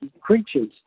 creatures